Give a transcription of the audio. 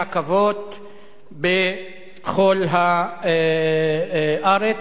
ברכבות, בכל הארץ.